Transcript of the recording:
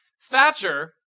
Thatcher